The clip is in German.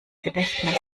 gedächtnis